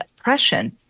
oppression